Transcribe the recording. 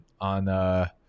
on